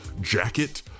jacket